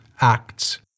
acts